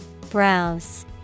Browse